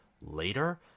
later